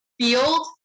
field